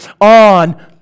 on